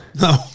No